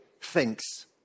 thinks